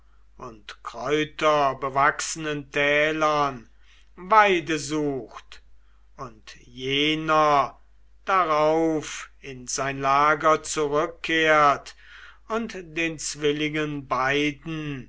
und kräuterbewachsenen tälern weide sucht und jener darauf in sein lager zurückkehrt und den zwillingen beiden